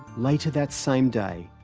later that same day,